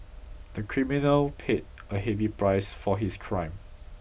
the criminal paid a heavy price for his crime